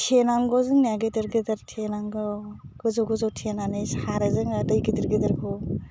थेनांगौ जोंनिया गेदेर गेदेर थेनांगौ गोजौ गोजौ थेनानै सारो जोङो दै गिदिर गिदिरखौ